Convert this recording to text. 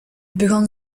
begon